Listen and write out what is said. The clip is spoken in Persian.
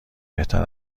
بهتر